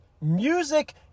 Music